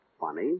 funny